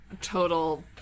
total